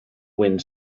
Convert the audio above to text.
wind